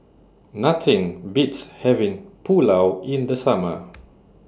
Nothing Beats having Pulao in The Summer